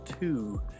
two